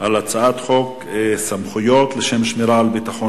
בקריאה ראשונה על הצעת חוק סמכויות לשם שמירה על ביטחון